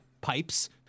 pipes